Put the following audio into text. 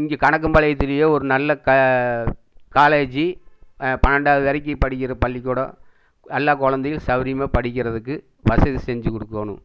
இங்கே கணக்கம்பாளையத்திலேயே ஒரு நல்ல க காலேஜி பன்னெண்டாவது வரைக்கு படிக்கிற பள்ளிக்கூடம் எல்லா குழந்தைகளும் சவுரியமாக படிக்கிறதுக்கு வசதி செஞ்சு கொடுக்கணும்